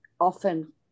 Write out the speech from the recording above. often